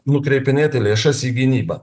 nukreipinėti lėšas į gynybą